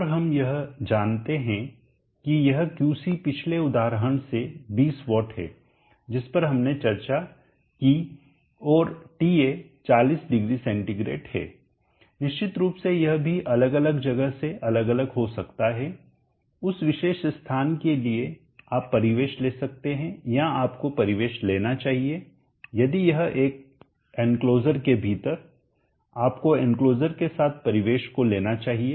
और हम जानते हैं कि यह क्यूसी पिछले उदाहरण से 20 वाट है जिस पर हमने चर्चा की और Ta 400C है निश्चित रूप से यह भी अलग अलग जगह से अलग अलग हो सकता है उस विशेष स्थान के लिए आप परिवेश ले सकते हैं या आपको परिवेश लेना चाहिए यदि यह एक एंक्लोजरबाड़ के भीतर आपको एंक्लोजरबाड़ के साथ परिवेश को लेना चाहिए